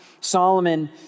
Solomon